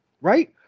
right